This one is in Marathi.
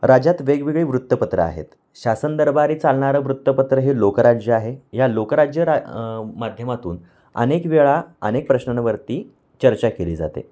राज्यात वेगवेगळे वृत्तपत्र आहेत शासन दरबारी चालणारं वृत्तपत्र हे लोकराज्य आहे या लोकराज्य माध्यमातून अनेक वेळा अनेक प्रश्नांवरती चर्चा केली जाते